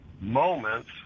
moments